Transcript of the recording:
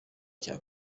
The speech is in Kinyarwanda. cya